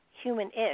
human-ish